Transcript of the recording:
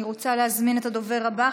אני רוצה להזמין את הדובר הבא,